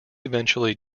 eventually